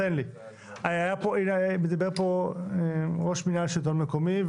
דיבר פה ראש מינהל שלטון מקומי,